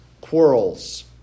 quarrels